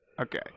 Okay